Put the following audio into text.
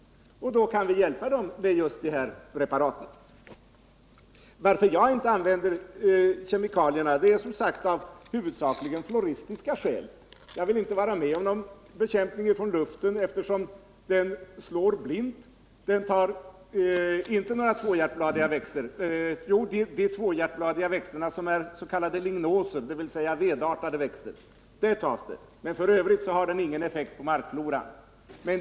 Då kan vi hjälpa dem med just de här preparaten. Det är alltså, som jag redan sagt, huvudsakligen av floristiska skäl som jag inte använder kemikalier. Jag vill inte vara med om någon bekämpning från luften, eftersom den slår blint. Den har effekt på lignoser, dvs. vedartade växter, men i övrigt har den ingen effekt på markfloran.